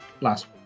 last